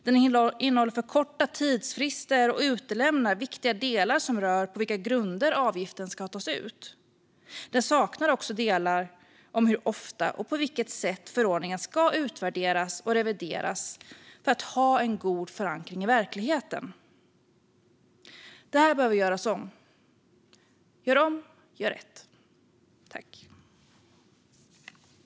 Den innehåller för korta tidsfrister och utelämnar viktiga delar om på vilka grunder avgiften ska tas ut. Det saknas också delar om hur ofta och på vilket sätt förordningen ska utvärderas och revideras för att ha en god förankring i verkligheten. Det här behöver göras om. Gör om! Gör rätt!